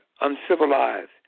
uncivilized